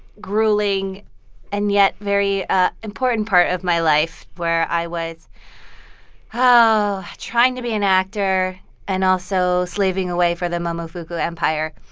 grueling and yet very ah important part of my life where i was trying to be an actor and also slaving away for the momofuku empire.